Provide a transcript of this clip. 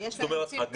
זאת אומרת,